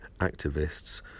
activists